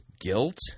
guilt